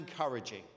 encouraging